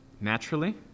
Naturally